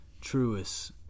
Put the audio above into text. truest